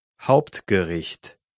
Hauptgericht